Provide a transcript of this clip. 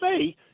say